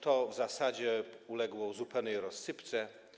To w zasadzie uległo zupełnej rozsypce.